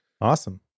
Awesome